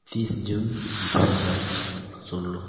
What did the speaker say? ᱛᱤᱥ ᱡᱩᱱ ᱫᱩ ᱦᱟᱡᱟᱨ ᱥᱳᱞᱞᱳ